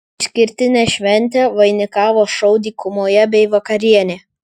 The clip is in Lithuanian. išskirtinę šventę vainikavo šou dykumoje bei vakarienė